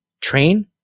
Train